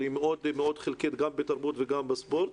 אבל היא מאוד מאוד חלקית גם בתרבות וגם בספורט.